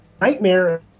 nightmare